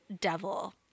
devil